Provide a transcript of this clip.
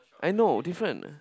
I know different